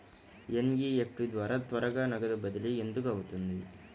NEFT ద్వారా త్వరగా నగదు బదిలీ ఎందుకు అవుతుంది?